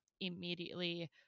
immediately